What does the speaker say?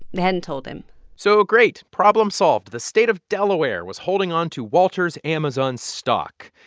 they hadn't told him so great. problem solved. the state of delaware was holding onto walter's amazon stock.